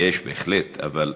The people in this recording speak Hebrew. יש בהחלט, אבל